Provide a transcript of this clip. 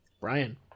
Brian